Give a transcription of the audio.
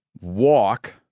walk